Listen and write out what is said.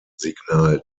signal